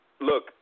look